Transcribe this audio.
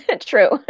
True